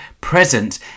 present